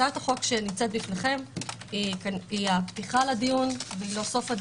הצעת החוק שבפניכם היא הפתיחה לדיון ולא סופו.